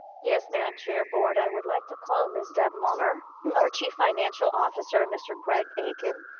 yes madam chair, board. i would like to call ms. deb muller, our chief financial officer, mr. greg akin,